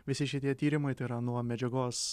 visi šitie tyrimai tai yra nuo medžiagos